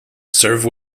serve